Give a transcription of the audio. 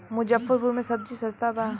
मुजफ्फरपुर में सबजी सस्ता बा